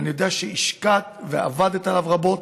ואני יודע שהשקעת ועבדת עליו רבות.